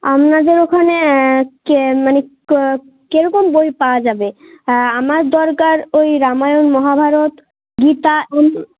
আমনাদের ওখানে মানে কেরকম বই পাওয়া যাবে আমার দরকার ওই রামায়ণ মহাভারত গীতা ওই